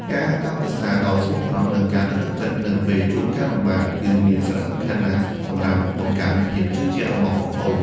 ការកោតសរសើរដោយស្មោះត្រង់ និងការលើកទឹកចិត្តនៅពេលជួបការលំបាក គឺមានសារៈសំខាន់ណាស់សម្រាប់បង្កើនភាពជឿជាក់របស់ប្អូនៗ។